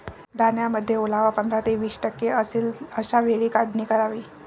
धान्यामध्ये ओलावा पंधरा ते वीस टक्के असेल अशा वेळी काढणी करावी